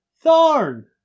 Thorn